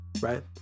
right